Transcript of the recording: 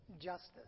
justice